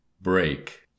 Break